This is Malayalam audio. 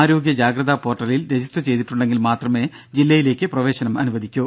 ആരോഗ്യ ജാഗ്രത പോർട്ടലിൽ രജിസ്റ്റർ ചെയ്തിട്ടുണ്ടെങ്കിൽ മാത്രമേ ജില്ലയിലേക്ക് പ്രവേശനം അനുവദിക്കൂ